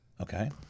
Okay